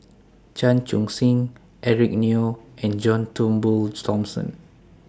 Chan Chun Sing Eric Neo and John Turnbull Thomson